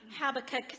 Habakkuk